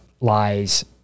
lies